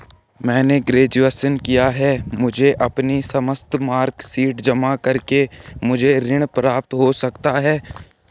मैंने ग्रेजुएशन किया है मुझे अपनी समस्त मार्कशीट जमा करके मुझे ऋण प्राप्त हो सकता है?